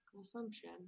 assumption